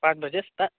ᱵᱟᱡᱮ ᱥᱮᱛᱟᱜ